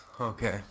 Okay